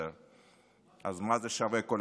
אז מה שווה התאגיד,